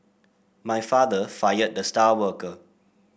my father fired the star worker